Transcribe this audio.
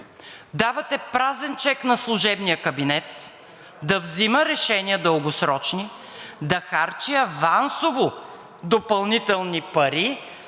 Давате празен чек на служебния кабинет да взима дългосрочни решения, да харчи авансово допълнителни пари.